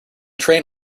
train